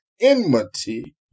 enmity